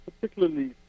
particularly